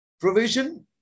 Provision